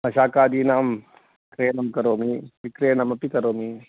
शाकादीनां क्रयणं करोमि विक्रयणमपि करोमि